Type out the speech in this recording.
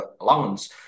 allowance